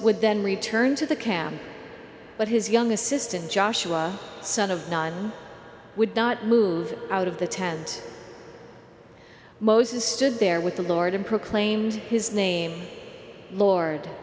would then return to the camp but his young assistant joshua son of nun would not move out of the tent moses stood there with the lord and proclaimed his name lord